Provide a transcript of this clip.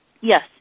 Yes